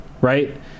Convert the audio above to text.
right